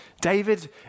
David